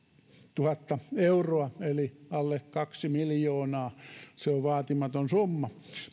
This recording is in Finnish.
euroa eli alle kaksi miljoonaa ovat vaatimaton summa